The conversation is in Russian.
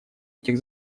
этих